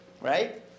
Right